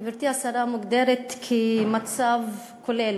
גברתי השרה, מוגדרת כמצב כולל.